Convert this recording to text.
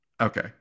Okay